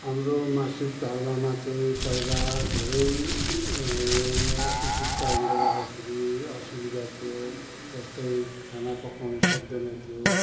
हाम्रो मासिक धर्ममा चाहिँ पहिला धेरै यो अशिक्षित कारणले गर्दाखेरि असुविधा थियो जस्तै खाना पकाउनु सक्दैन थियो